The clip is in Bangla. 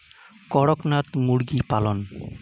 করকনাথ মুরগি পালন?